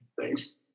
Thanks